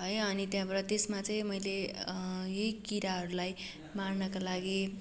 है अनि त्यहाँबाट त्यसमा चाहिँ मैले यही किराहरूलाई मार्नका लागि